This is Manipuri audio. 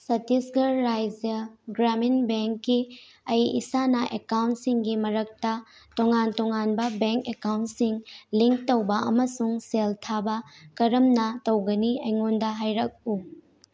ꯆꯇꯤꯁꯒꯔ ꯔꯥꯏꯖ꯭ꯌꯥ ꯒ꯭ꯔꯥꯃꯤꯟ ꯕꯦꯡꯀꯤ ꯑꯩ ꯏꯁꯥꯅ ꯑꯦꯛꯀꯥꯎꯟꯁꯤꯡꯒꯤ ꯃꯔꯛꯇ ꯇꯣꯡꯉꯥꯟ ꯇꯣꯡꯉꯥꯟꯕ ꯕꯦꯡ ꯑꯦꯛꯀꯥꯎꯟꯁꯤꯡ ꯂꯤꯡ ꯇꯧꯕ ꯑꯃꯁꯨꯡ ꯁꯦꯜ ꯊꯥꯕ ꯀꯔꯝꯅ ꯇꯧꯒꯅꯤ ꯑꯩꯉꯣꯟꯗ ꯍꯥꯏꯔꯛꯎ